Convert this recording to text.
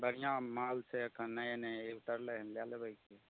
बढ़िआँ माल छै एखन नए नए उतरलै हय लै लेबय की